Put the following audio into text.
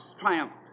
triumphed